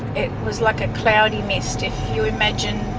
it was like a cloudy mist. if you imagine